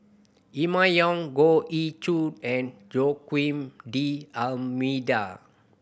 Emma Yong Goh Ee Choo and Joaquim D'Almeida